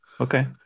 Okay